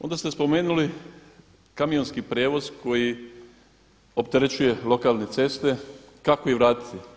Onda ste spomenuli kamionski prijevoz koji opterećuje lokalne ceste kako ih vratiti.